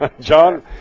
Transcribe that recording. John